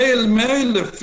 מייל אחרי מייל.